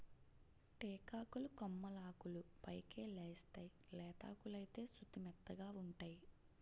టేకాకులు కొమ్మలాకులు పైకెలేస్తేయ్ లేతాకులైతే సుతిమెత్తగావుంటై